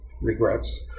regrets